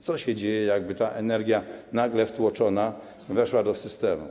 Co się dzieje, gdyby ta energia nagle wtłoczona weszła do systemu?